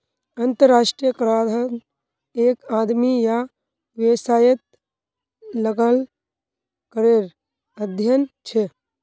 अंतर्राष्ट्रीय कराधन एक आदमी या वैवसायेत लगाल करेर अध्यन छे